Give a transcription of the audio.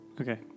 Okay